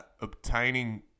obtaining